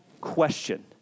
question